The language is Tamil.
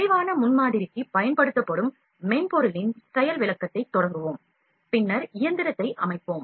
விரைவான முன்மாதிரிக்கு பயன்படுத்தப்படும் மென்பொருளின் செயல் விளக்கத்தைத் தொடங்குவோம் பின்னர் இயந்திரத்தை அமைப்போம்